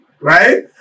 right